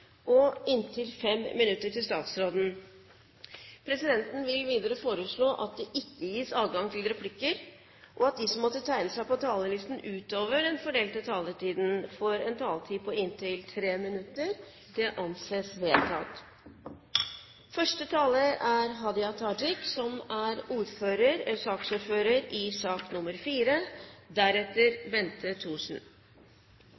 og inntil 5 minutter til statsråden. Presidenten vil videre foreslå at det ikke gis anledning til replikker, og at de som måtte tegne seg på talerlisten utover den fordelte taletid, får en taletid på inntil 3 minutter. – Det anses vedtatt. Kompetente lærere er den viktigste faktoren for elevenes læring. Det er